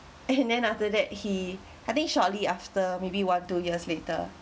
and then after that he I think shortly after maybe one two years later